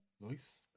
Nice